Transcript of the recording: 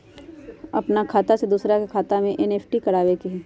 अपन खाते से दूसरा के खाता में एन.ई.एफ.टी करवावे के हई?